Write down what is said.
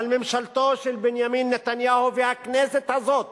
אבל ממשלתו של בנימין נתניהו, והכנסת הזאת